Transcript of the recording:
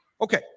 Okay